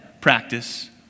practice